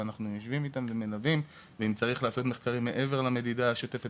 ואנחנו יושבים איתם ואם צריך לעשות מחקרים מעבר למדידה השוטפת,